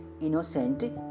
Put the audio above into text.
innocent